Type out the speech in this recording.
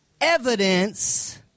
Evidence